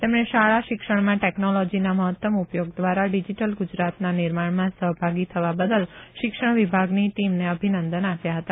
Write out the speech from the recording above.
તેમણે શાળા શિક્ષણમાં ટેકનોલોજીના મહત્તમ ઉપયોગ દ્વારા ડીજીટલ ગુજરાતના નિર્માણમાં સહભાગી થવા બદલ શિક્ષણ વિભાગની ટીમને અભિનંદન આપ્યા હતા